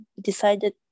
decided